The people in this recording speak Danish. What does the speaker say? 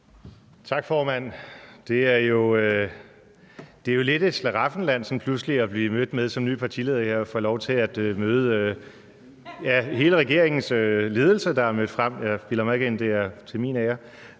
Tak, formand. Det er jo lidt af et slaraffenland som ny partileder her sådan pludselig at få lov til at møde, ja, hele regeringens ledelse, der er mødt frem – jeg bilder mig ikke ind, det er til min ære